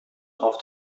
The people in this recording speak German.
auf